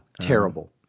terrible